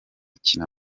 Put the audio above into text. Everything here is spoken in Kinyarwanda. kina